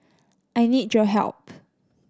I need your help